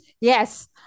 yes